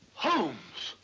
holmes!